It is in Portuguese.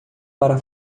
para